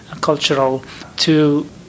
cultural—to